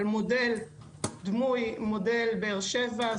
על מודל דמוי מודל באר שבע,